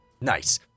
Nice